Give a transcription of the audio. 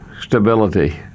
stability